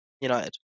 United